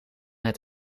het